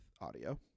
audio